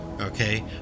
Okay